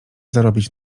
zarobić